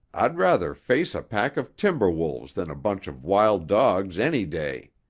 i'd rather face a pack of timber wolves than a bunch of wild dogs any day.